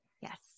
Yes